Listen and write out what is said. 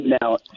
Now